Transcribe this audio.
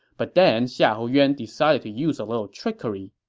but then xiahou yuan decided to use a little trickery.